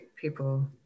people